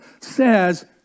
says